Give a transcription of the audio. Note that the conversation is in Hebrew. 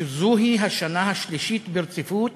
זוהי השנה השלישית ברציפות